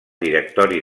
directori